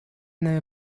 нами